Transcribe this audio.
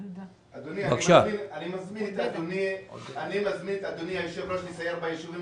אני מזמין את אדוני היושב-ראש לסייר ביישובים